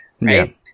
right